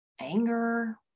anger